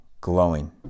glowing